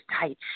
tight